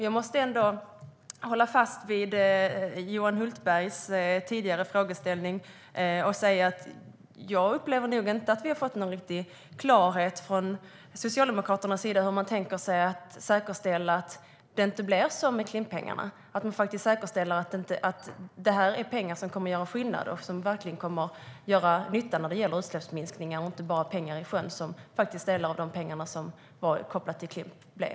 Jag håller fast vid Johan Hultbergs tidigare frågeställning. Jag upplever inte att vi har fått någon riktig klarhet från Socialdemokraterna i hur de tänker säkerställa att det inte blir som med Klimppengarna, hur det ska säkerställas att pengarna gör skillnad och verkligen kommer att göra nytta när det gäller utsläppsminskningar och inte bara blir pengar i sjön, som delar av pengarna till Klimp faktiskt blev.